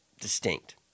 distinct